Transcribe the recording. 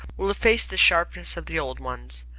will efface the sharpness of the old ones.